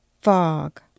Fog